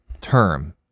term